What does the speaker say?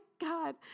God